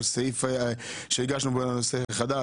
על כל סעיף שהגשנו בו נושא חדש?